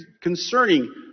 concerning